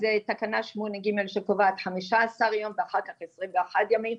אז זו תקנה 8 ג' שקובעת חמישה עשר היום ואחר כך עשרים ואחת ימים.